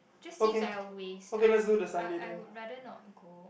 just seems like a waste I I I would rather not go